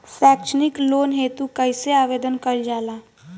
सैक्षणिक लोन हेतु कइसे आवेदन कइल जाला?